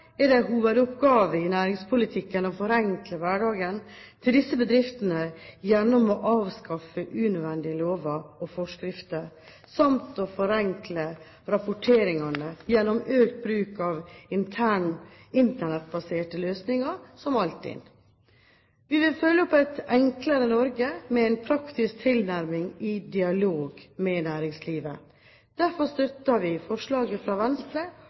det en hovedoppgave i næringspolitikken å forenkle hverdagen til disse bedriftene gjennom å avskaffe unødvendige lover og forskrifter samt å forenkle rapporteringen gjennom økt bruk av Internett-baserte løsninger, som f.eks. Altinn. Vi vil følge opp «Et enklere Norge» med en praktisk tilnærming, i dialog med næringslivet. Derfor støtter vi forslaget fra Venstre